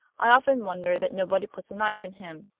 i often wonder that nobody puts a knife in him.